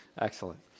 Excellent